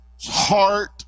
heart